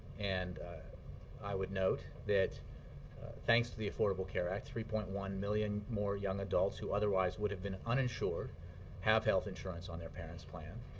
and i would note that thanks to the affordable care act, three point one million more young adults who otherwise would have been uninsured have health insurance on their parent's plan,